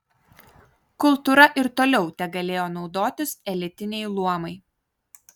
kultūra ir toliau tegalėjo naudotis elitiniai luomai